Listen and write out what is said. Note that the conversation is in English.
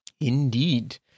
Indeed